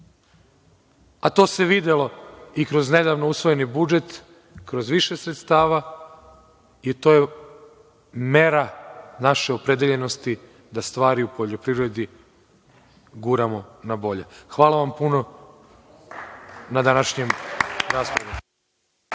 a to se videlo i kroz nedavno usvojeni budžet, kroz više sredstava, i to je mera naše opredeljenosti da stvari u poljoprivredi guramo na bolje. Hvala vam puno na današnjoj